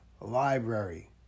library